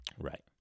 Right